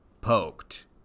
poked